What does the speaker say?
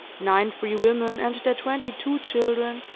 nine free women and their twenty-two children,